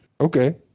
Okay